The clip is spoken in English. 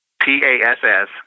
P-A-S-S